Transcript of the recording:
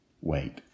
wait